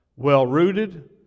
Well-rooted